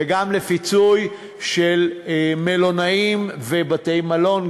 וגם לפיצוי של מלונאים ובתי-מלון,